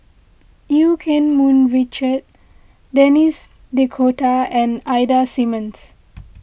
Eu Keng Mun Richard Denis D'Cotta and Ida Simmons